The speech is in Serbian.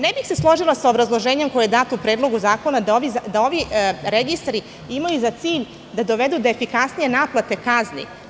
Ne bih se složila sa obrazloženjem koje je dato u Predlogu zakona da ovi registri imaju za cilj da dovedu do efikasnije naplate kazni.